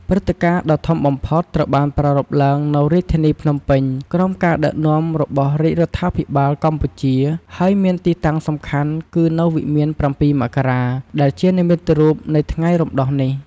ព្រឹត្តិការណ៍ដ៏ធំបំផុតត្រូវបានប្រារព្ធឡើងនៅរាជធានីភ្នំពេញ ក្រោមការដឹកនាំរបស់រាជរដ្ឋាភិបាលកម្ពុជា ហើយមានទីតាំងសំខាន់គឺនៅវិមាន៧ មករា ដែលជានិមិត្តរូបនៃថ្ងៃរំដោះនេះ។